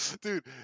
Dude